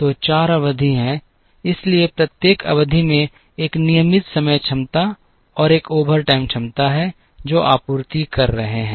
तो 4 अवधि हैं इसलिए प्रत्येक अवधि में एक नियमित समय क्षमता और एक ओवरटाइम क्षमता है जो आपूर्ति कर रहे हैं